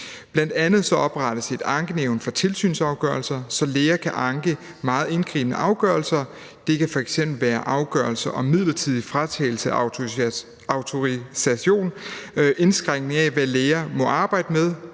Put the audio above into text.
Bl.a. oprettes et ankenævn for tilsynsafgørelser, så læger kan anke meget indgribende afgørelser; det kan f.eks. være afgørelser om midlertidig fratagelse af autorisation, indskrænkning af, hvad læger må arbejde med,